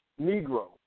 Negro